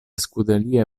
scuderie